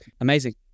amazing